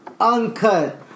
uncut